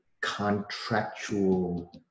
contractual